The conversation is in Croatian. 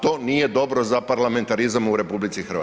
To nije dobro za parlamentarizam u RH.